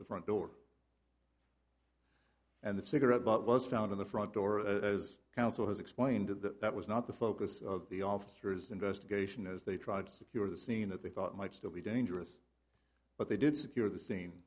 the front door and the cigarette butt was found in the front door as counsel has explained to that that was not the focus of the officers investigation as they tried to secure the scene that they thought might still be dangerous but they did secure the s